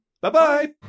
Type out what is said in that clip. Bye-bye